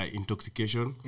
intoxication